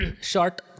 short